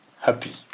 happy